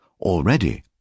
Already